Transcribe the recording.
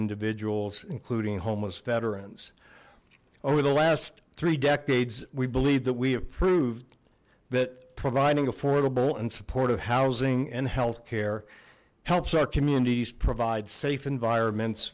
individuals including homeless veterans over the last three decades we believe that we have proved that providing affordable and supportive housing and health care helps our communities provide safe environments